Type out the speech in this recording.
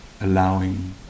allowing